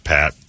Pat